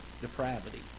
depravity